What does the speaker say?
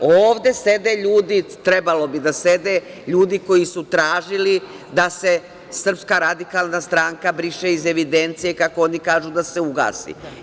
Ovde sede ljudi, trebalo bi da sede, ljudi koji su tražili da se SRS briše iz evidencije, kako oni kažu da se ugasi.